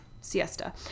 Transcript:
siesta